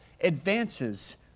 advances